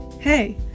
Hey